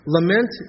Lament